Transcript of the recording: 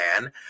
man